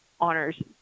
honors